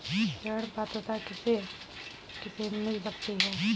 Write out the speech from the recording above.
ऋण पात्रता किसे किसे मिल सकती है?